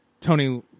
Tony